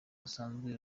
rusanzwe